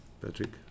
patrick